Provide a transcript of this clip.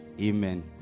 Amen